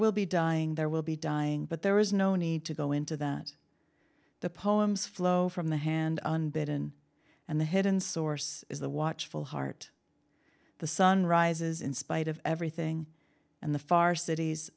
will be dying there will be dying but there is no need to go into that the poems flow from the hand unbidden and the hidden source is the watchful heart the sun rises in spite of everything and the far cities